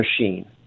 machine